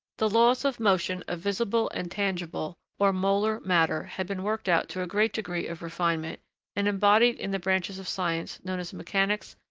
the laws of motion of visible and tangible, or molar, matter had been worked out to a great degree of refinement and embodied in the branches of science known as mechanics,